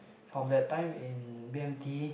from that time in b_m_t